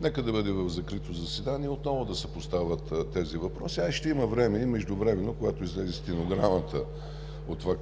нека да бъде в закрито заседание и отново да се поставят тези въпроси. А, ще има време, междувременно, когато излезе стенограмата от това